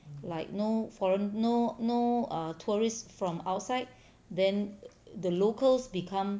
like no foreign no no err tourist from outside then the locals become